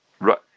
right